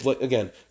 Again